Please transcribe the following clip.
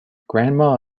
grandma